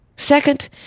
Second